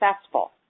successful